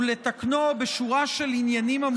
ולתקנו בשורה של עניינים המוסדרים במסגרתו,